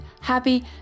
happy